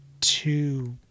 two